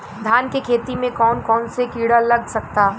धान के खेती में कौन कौन से किड़ा लग सकता?